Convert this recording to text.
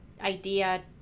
idea